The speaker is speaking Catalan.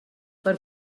per